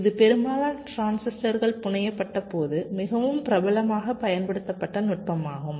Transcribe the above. இது பெரும்பாலான டிரான்சிஸ்டர்கள் புனையப்பட்டபோது மிகவும் பிரபலமாக பயன்படுத்தப்பட்ட நுட்பமாகும்